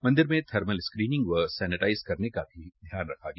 मंदिर में thermal screening व सैनेटाइज़ करने का भी ध्यान रखा गया